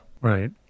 right